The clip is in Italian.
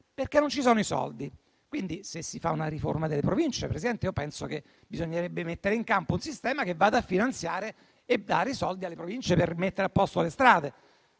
perché non ci sono i soldi. Quindi, se si fa una riforma delle Province, Presidente, io penso che bisognerebbe mettere in campo un sistema che vada a finanziare e dare i soldi alle Province per mettere a posto le strade.